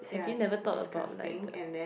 have you never thought about like the